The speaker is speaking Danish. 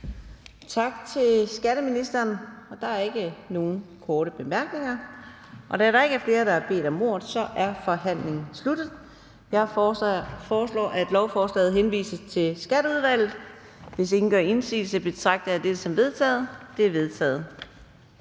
Tak til skatteministeren. Der er ikke nogen korte bemærkninger. Da der ikke er flere, der har bedt om ordet, er forhandlingen sluttet. Jeg foreslår, at lovforslaget henvises til Skatteudvalget. Hvis ingen gør indsigelse, betragter jeg det som vedtaget. Det er vedtaget.